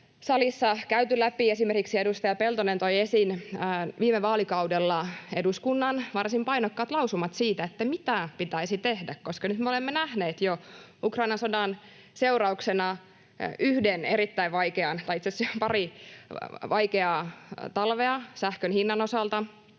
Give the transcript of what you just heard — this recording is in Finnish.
salissa on jo käyty läpi asiaa, esimerkiksi edustaja Peltonen toi esiin eduskunnan varsin painokkaat lausumat viime vaalikaudelta siitä, mitä pitäisi tehdä. Nyt me olemme jo nähneet Ukrainan sodan seurauksena yhden erittäin vaikean talven, tai itse asiassa jo pari vaikeaa talvea, sähkön hinnan osalta,